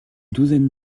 douzaine